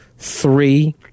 three